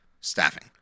staffing